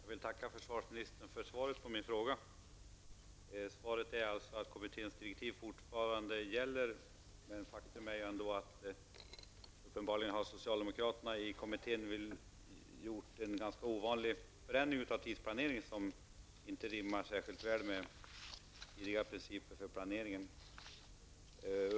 Fru talman! Jag vill tacka försvarsministern för svaret på min fråga. Svaret är alltså att kommitténs direktiv fortfarande gäller. Men faktum är ändå att socialdemokraterna i kommittén uppenbarligen har gjort en ganska ovanlig förändring av tidsplanen, vilket inte rimmar särskilt väl med tidigare principer för planeringen.